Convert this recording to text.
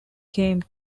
came